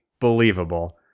believable